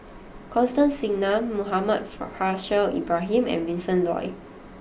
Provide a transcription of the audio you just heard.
Constance Singam Muhammad Faishal Ibrahim and Vincent Leow